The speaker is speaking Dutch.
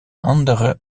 andere